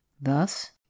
Thus